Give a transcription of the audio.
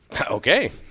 Okay